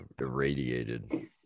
irradiated